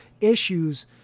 issues